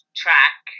track